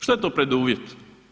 Šta je to preduvjet?